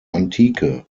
antike